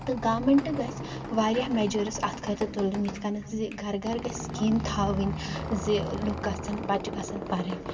تہٕ گامٮ۪نٛٹہٕ گژھِ وارِیاہ میٚجٲرٕس اَتھ خٲطرٕ تُلٕنۍ یِتھ کنٮ۪تھن زِ گَرٕ گَرٕ گژھِ سِکیٖم تھاوٕنۍ زِ لُکھ گژھن بَچہِ گَژھن پَرٕنۍ